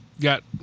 got